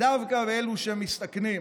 דווקא של אלו שמסתכנים.